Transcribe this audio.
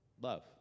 love